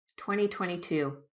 2022